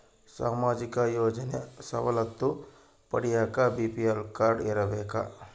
ಸಾಮಾಜಿಕ ಯೋಜನೆ ಸವಲತ್ತು ಪಡಿಯಾಕ ಬಿ.ಪಿ.ಎಲ್ ಕಾಡ್೯ ಇರಬೇಕಾ?